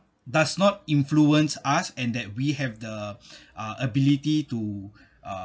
does not influence us and that we have the uh ability to uh